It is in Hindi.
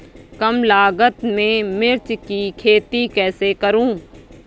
कम लागत में मिर्च की खेती कैसे करूँ?